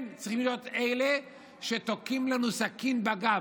צריכים להיות אלה שתוקעים לנו סכין בגב.